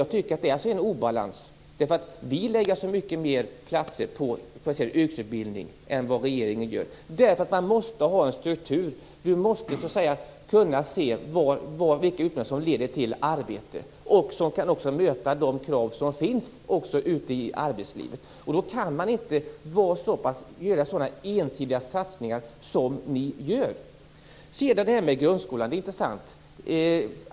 Jag tycker att det är en obalans i det här avseendet. Vi lägger långt fler platser inom den kvalificerade yrkesutbildningen jämfört med vad regeringen gör. Det är viktigt att ha en struktur. Man måste kunna se vilka utbildningar som leder till arbete och som kan möta de krav som ställs ute i arbetslivet. Då kan man inte göra så ensidiga satsningar som ni gör. Detta med grundskolan är intressant.